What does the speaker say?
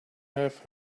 have